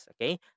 Okay